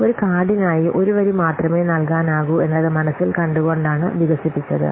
ഒരു കാർഡിനായി ഒരു വരി മാത്രമേ നൽകാനാകൂ എന്നത് മനസ്സിൽ കണ്ടുകൊണ്ടാണ് വികസിപ്പിച്ചത്